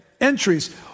Entries